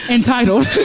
Entitled